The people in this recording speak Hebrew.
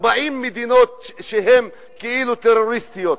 40 מדינות שהן כאילו טרוריסטיות.